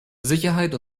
sicherheit